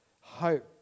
Hope